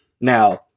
Now